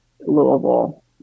Louisville